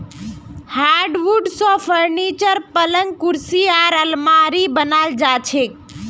hardwood स furniture, पलंग कुर्सी आर आलमारी बनाल जा छेक